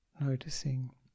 Noticing